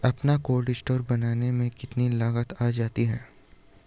अपना cold store बनाने में कितनी लागत आ जाती है?